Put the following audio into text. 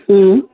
हूं